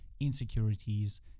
insecurities